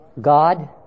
God